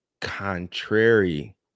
contrary